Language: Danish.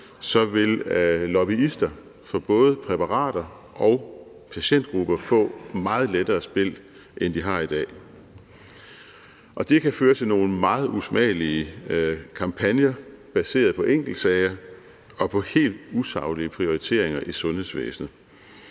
så vil lobbyister for både præparater og patientgrupper få meget lettere spil, end de har i dag, og det kan føre til nogle meget usmagelige kampagner baseret på enkeltsager og på helt usaglige prioriteringer i sundhedsvæsenet.